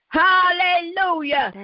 hallelujah